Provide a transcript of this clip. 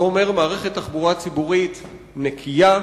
זה אומר מערכת תחבורה ציבורית נקייה,